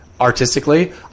artistically